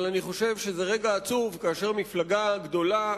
אבל אני חושב שזה רגע עצוב, שבו מפלגה גדולה,